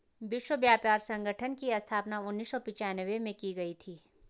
विश्व व्यापार संगठन की स्थापना उन्नीस सौ पिच्यानवे में की गई थी